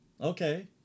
okay